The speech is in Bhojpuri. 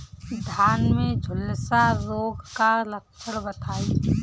धान में झुलसा रोग क लक्षण बताई?